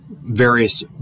various